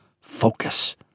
focus